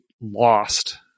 lost